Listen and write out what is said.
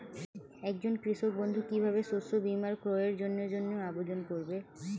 একজন কৃষক বন্ধু কিভাবে শস্য বীমার ক্রয়ের জন্যজন্য আবেদন করবে?